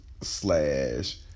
slash